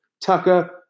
Tucker